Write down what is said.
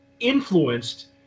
influenced